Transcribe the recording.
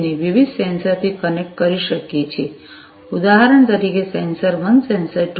ને વિવિધ સેન્સરથી કનેક્ટ કરી શકીએ છીએ ઉદાહરણ તરીકે સેન્સર 1 સેન્સર 2